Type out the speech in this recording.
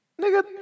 nigga